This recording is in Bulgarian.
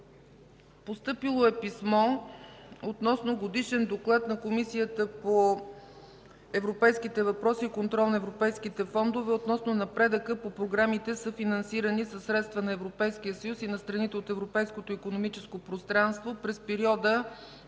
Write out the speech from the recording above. Постъпило е писмо относно Годишен доклад на Комисията по европейските въпроси и контрол на европейските фондове относно напредъка по програмите, съфинансирани със средства на Европейския съюз и на страните от европейското икономическо пространство през периода